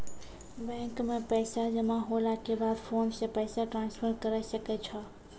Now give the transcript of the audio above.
bank मे पैसा जमा होला के बाद फोन से पैसा ट्रांसफर करै सकै छौ